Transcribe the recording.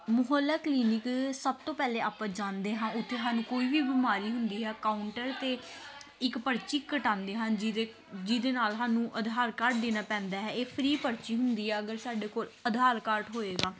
ਮੁਹੱਲਾ clinic ਸਭ ਤੋਂ ਪਹਿਲਾਂ ਆਪਾਂ ਜਾਂਦੇ ਹਾਂ ਉੱਥੇ ਸਾਨੂੰ ਕੋਈ ਵੀ ਬਿਮਾਰੀ ਹੁੰਦੀ ਹੈ ਕਾਊਂਟਰ 'ਤੇ ਇੱਕ ਪਰਚੀ ਕਟਾਉਂਦੇ ਹਨ ਜਿਹਦੇ ਜਿਹਦੇ ਨਾਲ ਸਾਨੂੰ ਆਧਾਰ ਕਾਰਡ ਦੇਣਾ ਪੈਂਦਾ ਹੈ ਇਹ ਫਰੀ ਪਰਚੀ ਹੁੰਦੀ ਆ ਅਗਰ ਸਾਡੇ ਕੋਲ ਆਧਾਰ ਕਾਰਡ ਹੋਵੇਗਾ